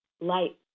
light